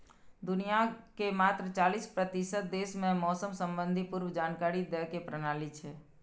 दुनिया के मात्र चालीस प्रतिशत देश मे मौसम संबंधी पूर्व जानकारी दै के प्रणाली छै